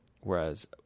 whereas